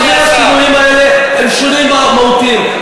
וכבר שני השינויים האלה הם שינויים מהותיים.